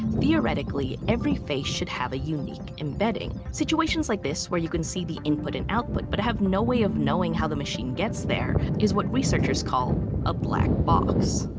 theoretically every face should have a unique embedding. situations like this, where you can see the input and output but have no way of knowing how the machine gets there is what researchers call a black box.